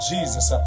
Jesus